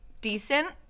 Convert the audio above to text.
decent